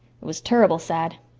it was turrible sad.